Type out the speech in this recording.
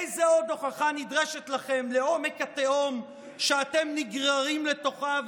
איזו עוד הוכחה נדרשת לכם לעומק התהום שאתם נגררים לתוכה,